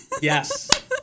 Yes